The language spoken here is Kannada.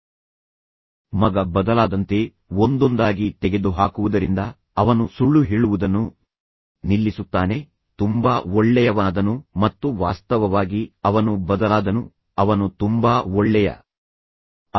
ಆದ್ದರಿಂದ ದಿನಗಳು ಕಳೆದಂತೆ ಮಗ ಬದಲಾದಂತೆ ಒಂದೊಂದಾಗಿ ತೆಗೆದುಹಾಕುವುದರಿಂದ ಅವನು ಸುಳ್ಳು ಹೇಳುವುದನ್ನು ನಿಲ್ಲಿಸುತ್ತಾನೆ ಅವನು ಇತರರೊಂದಿಗೆ ಬೆರೆಯುವುದನ್ನು ನಿಲ್ಲಿಸುತ್ತಾನೆ ಅವನು ತುಂಬಾ ಒಳ್ಳೆಯವನಾದನು ಮತ್ತು ವಾಸ್ತವವಾಗಿ ಅವನು ಬದಲಾದನು ಅವನು ತುಂಬಾ ಒಳ್ಳೆಯ ಅಧಿಕಾರಿಯಾದನು ಮತ್ತು ನಂತರ ಅವನು ಅಭಿವೃದ್ಧಿ ಹೊಂದಿದನು